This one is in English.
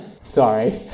Sorry